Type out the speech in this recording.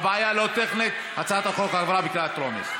הבעיה לא טכנית הצעת החוק עברה בקריאה טרומית.